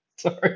Sorry